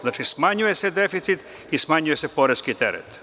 Znači, smanjuje se deficit i smanjuje se poreski teret.